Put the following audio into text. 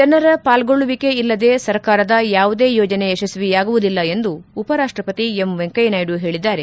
ಜನರ ಪಾಲ್ಗೊಳ್ಳುವಿಕೆ ಇಲ್ಲದೆ ಸರ್ಕಾರದ ಯಾವುದೇ ಯೋಜನೆ ಯಶಸ್ವಿಯಾಗುವುದಿಲ್ಲ ಎಂದು ಉಪರಾಷ್ಷಪತಿ ಎಂ ವೆಂಕಯ್ಥನಾಯ್ತು ಹೇಳಿದ್ದಾರೆ